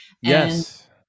Yes